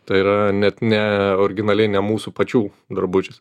tai yra net ne originaliai ne mūsų pačių drabužis